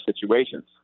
situations